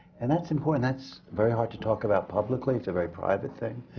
and that's important. that's very hard to talk about publicly, it's a very private thing.